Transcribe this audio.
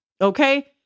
Okay